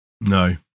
No